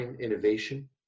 innovation